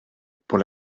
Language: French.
pour